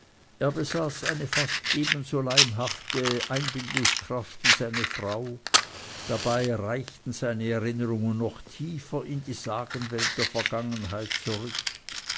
eine fast ebenso lebhafte einbildungskraft wie seine frau dabei reichten seine erinnerungen noch tiefer in die sagenwelt der vergangenheit zurück